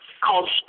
called